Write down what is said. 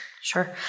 Sure